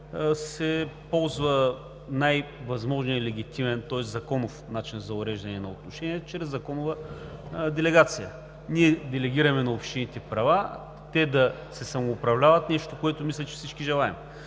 се ползва възможно най-легитимният, законов начин за уреждане на отношенията, чрез законова делегация. Ние делегираме на общините права те да се самоуправляват – нещо, което мисля, че всички желаем.